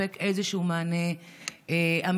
תספק איזשהו מענה אמיתי,